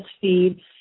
feed